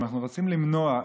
אם אנחנו רוצים למנוע,